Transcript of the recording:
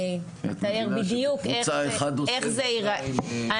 אני אתאר בדיוק איך זה ייראה.